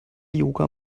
yoga